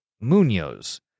Munoz